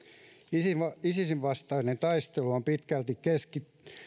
isisin isisin vastainen taistelu on pitkälti keskittynyt